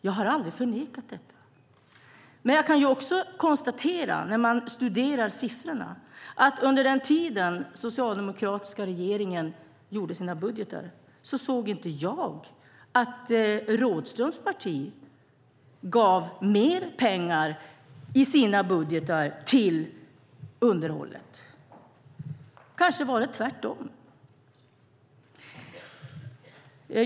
Jag har aldrig förnekat det, men när jag studerar siffrorna kan jag konstatera att under den tid den socialdemokratiska regeringen gjorde sina budgetar kunde jag inte se att Rådhströms parti i sina budgetar gav mer pengar till underhållet. Kanske var det tvärtom.